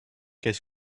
qu’est